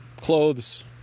clothes